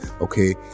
okay